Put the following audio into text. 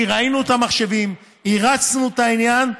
כי ראינו את המחשבים, הרצנו את העניין.